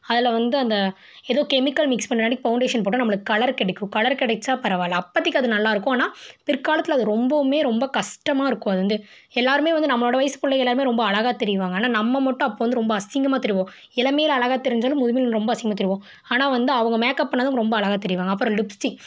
அதில் வந்து அந்த எதோ கெமிக்கல் மிக்ஸ் பண்ணுறனாட்டி பவுன்டேஷன் போட்டால் நம்மளுக்கு கலர் கிடைக்கும் கலர் கிடைச்சா பரவால்லை அப்போதைக்கி அது நல்லா இருக்கும் ஆனால் பிற்காலத்தில் அது ரொம்பவும் ரொம்ப கஷ்டமாக இருக்கும் அது வந்து எல்லாருமே வந்து நம்மளோடய வயசு பிள்ளைக எல்லாரும் ரொம்ப அழகாத் தெரிவாங்க ஆனால் நம்ம மட்டும் அப்போ வந்து ரொம்ப அசிங்கமாத் தெரிவோம் இளமையில் அழகாத் தெரிஞ்சாலும் முதுமையில் ரொம்ப அசிங்கமாத் தெரிவோம் ஆனால் வந்து அவங்க மேக்கப் பண்ணிணா தான் ரொம்ப அழகாக தெரிவாங்க அப்புறம் லிப்ஸ்டிக்